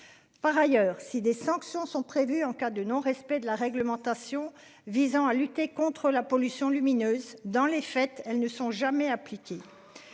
Par ailleurs, si des sanctions sont prévues en cas de non respect de la réglementation visant à lutter contre la pollution lumineuse dans les fêtes, elles ne sont jamais appliquées.